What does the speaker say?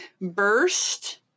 burst